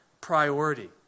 priority